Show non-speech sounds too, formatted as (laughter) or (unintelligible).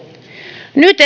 nyt (unintelligible)